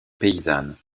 paysanne